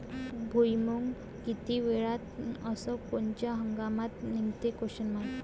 भुईमुंग किती वेळात अस कोनच्या हंगामात निगते?